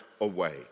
away